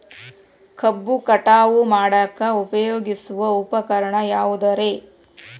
ಕಬ್ಬು ಕಟಾವು ಮಾಡಾಕ ಉಪಯೋಗಿಸುವ ಉಪಕರಣ ಯಾವುದರೇ?